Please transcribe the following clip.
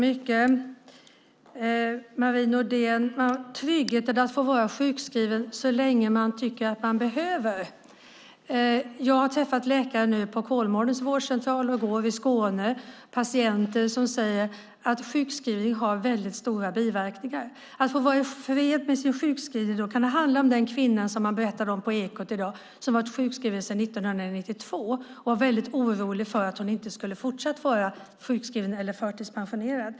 Herr talman! När det gäller tryggheten att få vara sjukskriven så länge man tycker att man behöver det, Marie Nordén, har jag träffat läkare på Kolmårdens vårdcentral och i går i Skåne och även patienter som säger att sjukskrivning och att få vara i fred med sin sjukskrivning har väldigt stora biverkningar. Då kan det handla om den kvinna som man berättade om på Ekot i dag som har varit sjukskriven sedan 1992 och som var väldigt orolig för att hon inte skulle vara fortsatt sjukskriven eller förtidspensionerad.